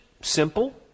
simple